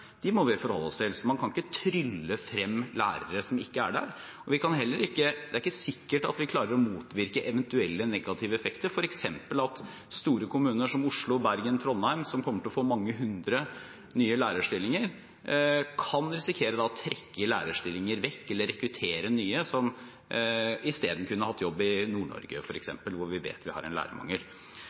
må vi forholde oss til. Man kan ikke trylle frem lærere som ikke er der. Det er ikke sikkert at vi klarer å motvirke eventuelle negative effekter, f.eks. at store kommuner som Oslo, Bergen og Trondheim, som kommer til å få mange hundre nye lærerstillinger, kan risikere å trekke lærere vekk eller rekruttere nye som isteden kunne hatt jobb i Nord-Norge, hvor vi vet vi har lærermangel.